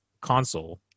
console